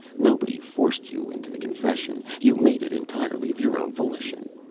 nobody forced you into the confession. you made it entirely of your own volition.